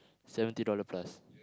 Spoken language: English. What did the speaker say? seventy dollar plus